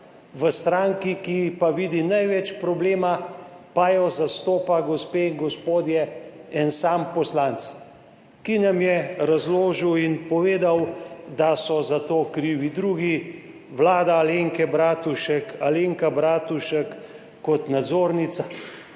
v stranki, ki pa vidi največ problema, pa jo zastopa, gospe in gospodje, en sam poslanec, ki nam je razložil in povedal, da so za to krivi drugi, vlada Alenke Bratušek, Alenka Bratušek kot nadzornica,